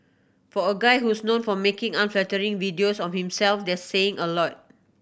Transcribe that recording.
for a guy who's known for making unflattering videos of himself that's saying a lot